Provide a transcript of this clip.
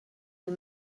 you